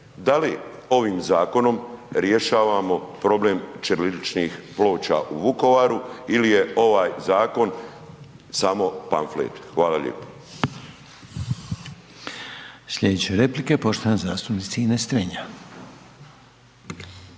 Da li ovim zakonom rješavamo problem ćiriličnih ploča u Vukovaru ili je ovaj zakon samo pamflet? Hvala lijepo.